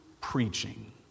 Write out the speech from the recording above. preaching